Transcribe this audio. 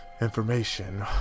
information